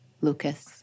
Lucas